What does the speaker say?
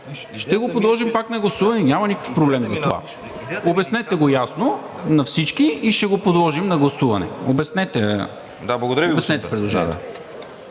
Ще го подложим пак на гласуване. Няма никакъв проблем за това. Обяснете го ясно на всички и ще го подложим на гласуване. Обяснете предложението.